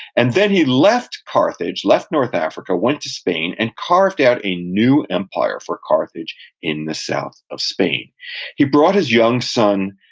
and then he left carthage, left north africa, went to spain, and carved out a new empire for carthage in the south of spain he brought his young son,